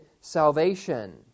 salvation